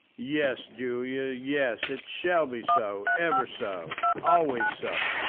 yes, julia, yes it shall be so ever so always so.